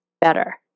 better